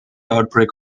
outbreak